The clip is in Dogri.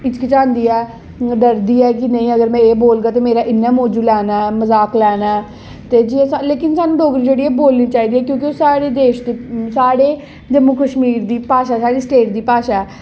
हिचकिचांदी ऐ डरदी ऐ के नेईं अगर में एह् बोलगी ते मेरा इ'न्ना मौजू लैना ऐ मज़ाक लैना ऐ ते स्हानूं ऐ कि डोगरी बोलनी चाहिदी साढ़े देश दे साढ़े जम्मू कश्मीर दी भाशा साढ़े स्टेट दी भाशा ऐ